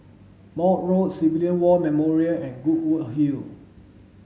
Maude Road Civilian War Memorial and Goodwood Hill